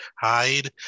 hide